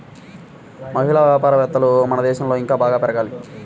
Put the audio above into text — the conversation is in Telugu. మహిళా వ్యాపారవేత్తలు మన దేశంలో ఇంకా బాగా పెరగాలి